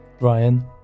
Ryan